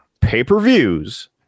pay-per-views